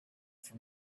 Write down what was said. from